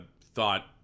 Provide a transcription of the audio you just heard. thought